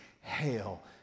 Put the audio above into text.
hail